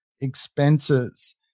expenses